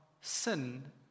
sin